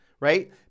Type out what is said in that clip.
right